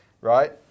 right